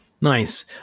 Nice